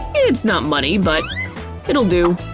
it's not money but it'll do.